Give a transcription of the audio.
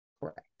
Correct